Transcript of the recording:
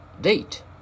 date